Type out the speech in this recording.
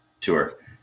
tour